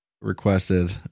requested